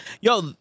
Yo